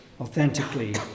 authentically